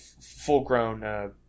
full-grown